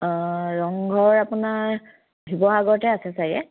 অঁ ৰংঘৰ আপোনাৰ শিৱসাগৰতে আছে চাগে